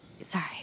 sorry